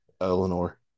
Eleanor